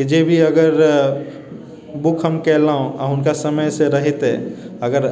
कि जे भी अगर बुक हम कयलहुँ आओर हुनका समयसँ रहित अगर